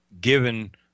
given